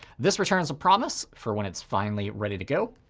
this returns a promise for when it's finally ready to go.